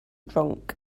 drunk